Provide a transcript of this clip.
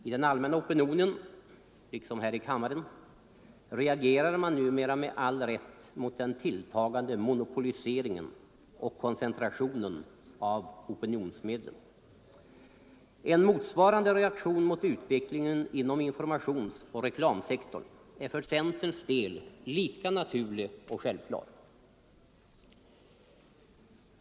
I den allmänna opinionen, liksom här i kammaren, reagerar man numera med all rätt mot den tilltagande monopoliseringen och koncentrationen av opinionsmedlen. En motsvarande reaktion mot utvecklingen inom informationsoch reklamsektorn är för centerns del lika naturlig och självklar.